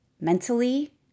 mentally